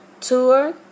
Tour